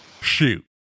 Shoot